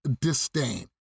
disdain